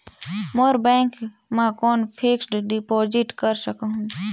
मोर bank खाता मे कौन फिक्स्ड डिपॉजिट कर सकहुं?